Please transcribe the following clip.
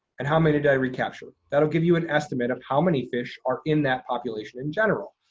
and how many did i recapture? that'll give you an estimate of how many fish are in that population in general.